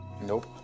Nope